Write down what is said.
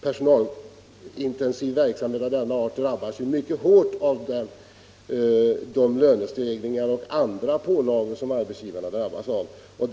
Personalintensiv verksamhet av denna art drabbas ju mycket hårt av de lönestegringar och pålagor som arbetsgivarna utsätts för.